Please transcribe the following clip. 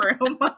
room